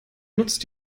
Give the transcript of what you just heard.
nutzt